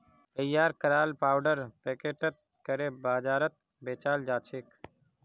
तैयार कराल पाउडर पैकेटत करे बाजारत बेचाल जाछेक